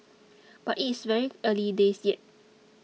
but it is very early days yet